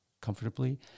comfortably